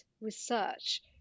research